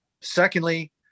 secondly